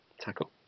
tackle